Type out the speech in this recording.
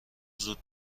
زود